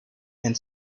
and